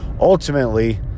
ultimately